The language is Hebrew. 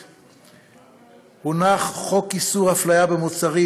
חוק איסור הפליה במוצרים,